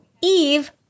Eve